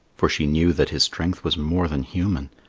for she knew that his strength was more than human.